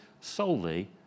solely